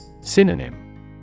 Synonym